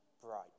bright